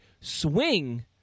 swing